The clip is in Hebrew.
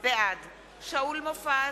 בעד שאול מופז,